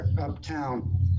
uptown